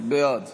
בעד